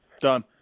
Done